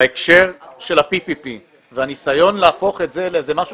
בהקשר של ה-PPP והניסיון להפוך את זה למשהו